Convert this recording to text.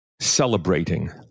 Celebrating